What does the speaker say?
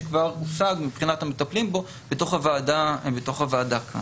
שכבר הושג מבחינת המטפלים בו בתוך הוועדה כאן.